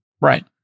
right